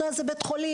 אתה איזה בית חולים,